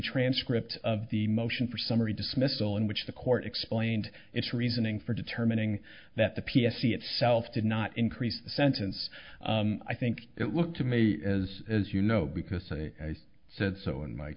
transcript of the motion for summary dismissal in which the court explained its reasoning for determining that the p s c itself did not increase the sentence i think it looked to me as as you know because i said so in my